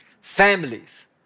families